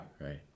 right